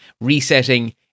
resetting